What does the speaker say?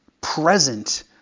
present